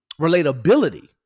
relatability